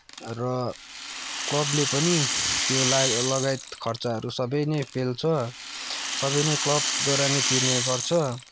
र क्लबले पनि त्यो लागे लगायत खर्चाहरू सबै नै पेल्छ सबै नै क्लबद्वारा नै तिर्ने गर्छ